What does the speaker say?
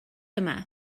yma